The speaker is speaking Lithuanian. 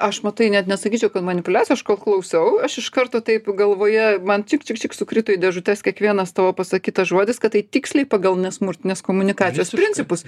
aš matai net nesakyčiau kad manipuliacija aš kol klausiau aš iš karto taip galvoje man čik čik sukrito į dėžutes kiekvienas tavo pasakytas žodis kad tai tiksliai pagal nesmurtinės komunikacijos principus